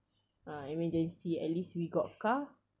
ah emergency at least we got car